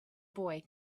boy